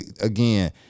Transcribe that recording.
again